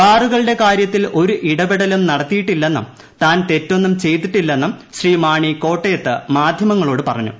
ബാറുകളുടെ കാര്യത്തിൽ ഒരു ഇടപെടലും നടത്തിയിട്ടില്ലെന്നും താൻ തെറ്റൊന്നും ചെയ്തിട്ടില്ലെന്നും ശ്രീ മാണി കോട്ടയത്ത് മാധ്യമങ്ങളോട് പറഞ്ഞു